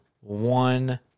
one